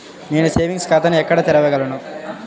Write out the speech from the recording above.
నేను సేవింగ్స్ ఖాతాను ఎక్కడ తెరవగలను?